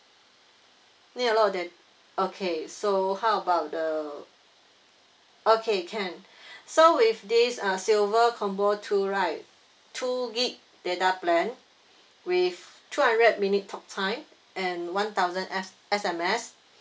need a lot da~ okay so how about the okay can so with this uh silver combo two right two gig data plan with two hundred minute talk time and one thousand S S_M_S